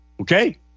Okay